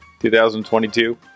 2022